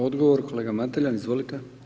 Odgovor, kolega Mateljan, izvolite.